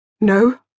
No